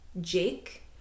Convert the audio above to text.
Jake